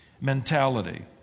mentality